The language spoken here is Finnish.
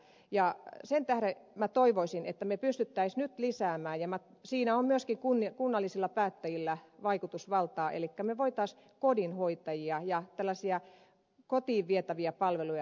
sen tähden minä toivoisin että pystyisimme nyt lisäämään ja siinä myös kunnallisilla päättäjillä on vaikutusvaltaa kodinhoitajia ja tällaisia kotiin vietäviä palveluja